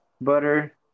butter